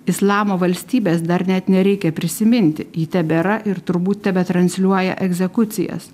islamo valstybės dar net nereikia prisiminti ji tebėra ir turbūt tebetransliuoja egzekucijas